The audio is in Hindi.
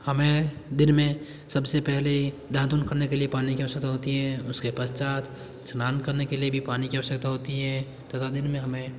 हमें दिन में सबसे पहले दातून करने के लिए पानी की आवश्यकता होती है उसके पश्चात स्नान करने के लिए भी पानी की आवश्यकता होती है तथा दिन में हमें